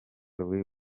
louis